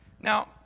Now